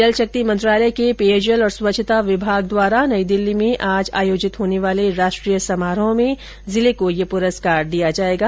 जलशक्ति मंत्रालय के पेयजल और स्कच्छता किमाग द्वारा नई दिल्ली में आज आयोजित होने वाले राष्ट्रीय समारोह में जिले को ये पुरस्कार दिया जायेगा